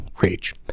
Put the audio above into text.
rage